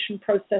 process